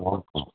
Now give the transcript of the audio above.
অঁ অঁ